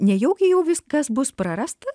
nejaugi jau viskas bus prarasta